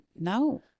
no